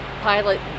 pilot